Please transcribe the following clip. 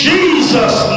Jesus